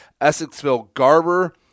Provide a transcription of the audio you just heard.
Essexville-Garber